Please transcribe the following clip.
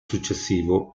successivo